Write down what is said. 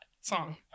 song